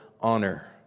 honor